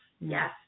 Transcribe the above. yes